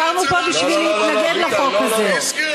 אנחנו נשארנו פה בשביל להתנגד לחוק הזה,